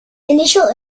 initial